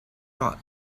rot